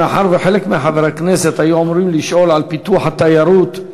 מאחר שחלק מחברי הכנסת היו אמורים לשאול על פיתוח התיירות,